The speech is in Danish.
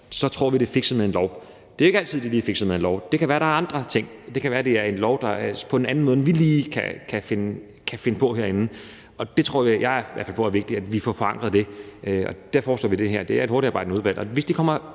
så tror vi, det er fikset med en lov. Det er jo ikke altid, at det lige er fixet med en lov. Det kan være, at der er andre ting. Det kan være, at det skal være en lov på en anden måde, end vi lige kan finde på herinde. Jeg tror i hvert fald på, at det er vigtigt, at vi får forandret det. Og det, jeg foreslår med det her, er at nedsætte et hurtigtarbejdende udvalg.